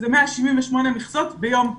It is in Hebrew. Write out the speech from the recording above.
זה 178 מכסות ביום טוב.